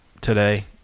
today